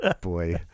boy